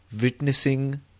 Witnessing